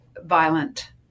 violent